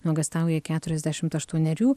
nuogąstauja keturiasdešimt aštuonerių